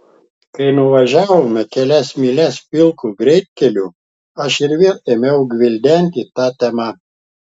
kai nuvažiavome kelias mylias pilku greitkeliu aš ir vėl ėmiau gvildenti tą temą